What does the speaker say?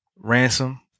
ransom